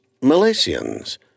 Malaysians